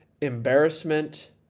embarrassment